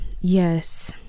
Yes